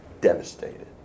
devastated